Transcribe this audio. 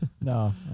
No